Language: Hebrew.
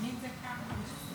עשו מרפסת